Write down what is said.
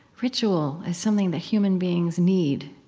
ritual as something that human beings need